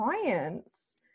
clients